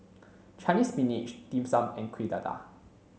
Chinese spinach dim sum and Kueh Dadar